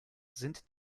sind